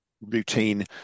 routine